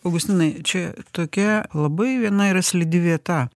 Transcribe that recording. augustinai čia tokia labai viena yra slidi vieta